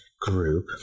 group